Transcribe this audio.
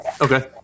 Okay